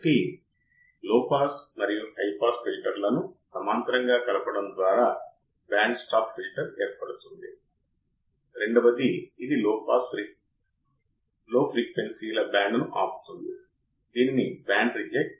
కాబట్టి ఈ చిన్న వోల్టేజ్ మనం వర్తింపజేస్తున్న ఈ చిన్న DC వోల్టేజ్మన ఇన్పుట్ ఆఫ్సెట్ వోల్టేజ్ అంటారు